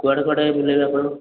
କୁଆଡ଼େ କୁଆଡ଼େ ବୁଲାଇବେ ଆପଣ